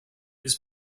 his